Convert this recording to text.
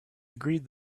agreed